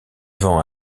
vend